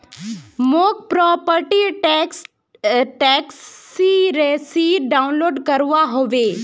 मौक प्रॉपर्टी र टैक्स टैक्सी रसीद डाउनलोड करवा होवे